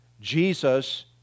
Jesus